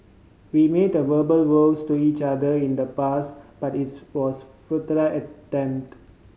we made verbal vows to each other in the past but it's was a attempt